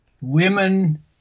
Women